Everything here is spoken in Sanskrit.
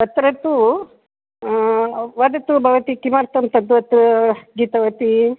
तत्र तु वदतु भवती किमर्थं तद्वत् गीतवती